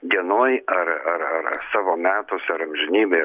dienoj ar ar ar savo metuos ar amžinybėj